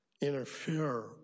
interfere